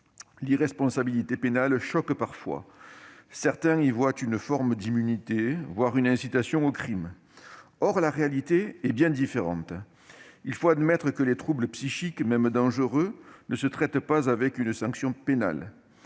l'irresponsabilité pénale choque parfois. Certains y voient une forme d'immunité, voire une incitation au crime. Or la réalité est bien différente. Il faut admettre que les troubles psychiques, même dangereux, ne se traitent pas avec une sanction pénale.